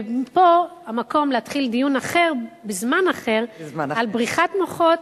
ופה המקום להתחיל דיון אחר בזמן אחר על בריחת מוחות